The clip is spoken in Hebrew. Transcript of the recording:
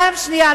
פעם שנייה,